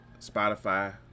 Spotify